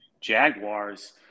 Jaguars